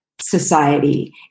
society